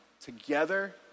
together